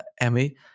Emmy